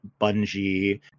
Bungie